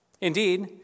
Indeed